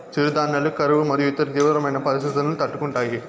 చిరుధాన్యాలు కరువు మరియు ఇతర తీవ్రమైన పరిస్తితులను తట్టుకుంటాయి